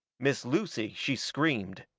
miss lucy, she screamed.